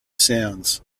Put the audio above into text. sounds